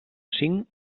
cinc